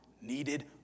needed